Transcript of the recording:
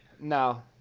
No